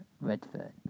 Redford